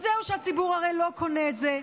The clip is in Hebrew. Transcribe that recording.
אז זהו, הציבור הרי לא קונה את זה.